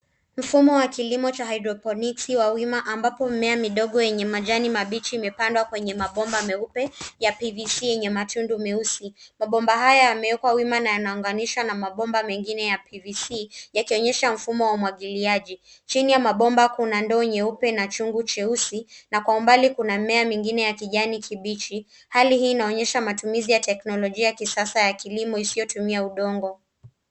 Mfumo wa kilimo cha haidroponiki wa wima ambapo mimea midogo yenye majani mabichi imepandwa kwenye mabomba meupe ya PVC yenye matundu meusi. Mabomba haya yamewekwa wima na yanaunganishwa na mabomba mengine ya PVC yakionyesha mfumo wa umwagiliaji. Chini ya mabomba kuna ndoo nyeupe na chungu cheusi na kwa umbali kuna mimea mingine ya kijani kibichi, hali hii inaonyesha matumizi ya kiteknolojia ya kisasa ya kilimo isiyotumia udongo.